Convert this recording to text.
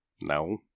No